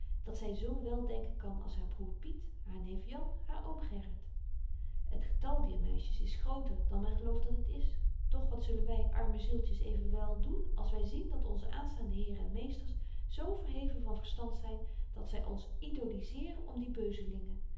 dat zy zo wel denken kan als haar broêr piet haar neef jan haar oom gerrit het getal betje wolff en aagje deken historie van mejuffrouw sara burgerhart dier meisjes is grooter dan men gelooft dat het is doch wat zullen wy arme zieltjes evenwel doen als wy zien dat onze aanstaande heren en meesters zo verheven van verstand zyn dat zy ons idoliseeren om die